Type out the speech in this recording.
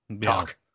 talk